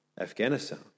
Afghanistan